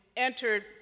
entered